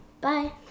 Bye